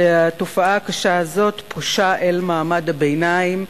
והתופעה הקשה הזאת פושה אל מעמד הביניים,